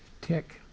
tick